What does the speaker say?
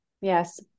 Yes